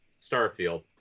Starfield